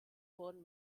wurden